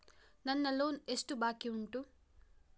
ನನ್ನ ಲೋನ್ ಎಷ್ಟು ಬಾಕಿ ಉಂಟು?